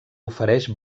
ofereix